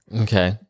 Okay